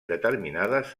determinades